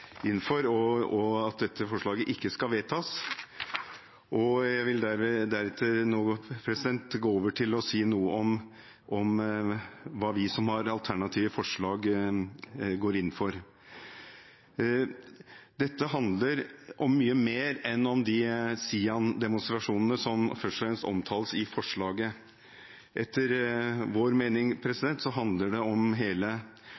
at dette forslaget ikke skal vedtas, og jeg vil nå gå over til å si noe om hva vi som har alternative forslag, går inn for. Dette handler om mye mer enn de SIAN-demonstrasjonene som først og fremst omtales i forslaget. Etter vår mening handler det om hele